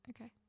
okay